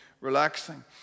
relaxing